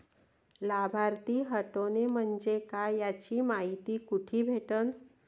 लाभार्थी हटोने म्हंजे काय याची मायती कुठी भेटन?